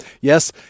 Yes